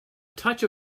touch